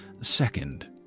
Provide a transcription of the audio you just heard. second